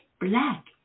black